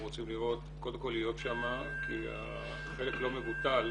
אנחנו רוצים להיות שם כי חלק לא מבוטל,